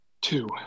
Two